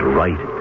right